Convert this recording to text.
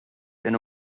ina